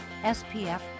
SPF